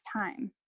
time